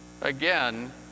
Again